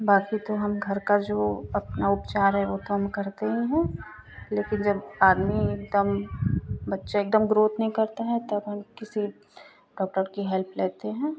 बाकि तो जो घर का जो अपना उपचार है वो तो हम करते ही हैं लेकिन जब आदमी एक दम बच्चे एकदम ग्रोथ नहीं करते हैं तब हम किसे मतलब की हेल्प लेते हैं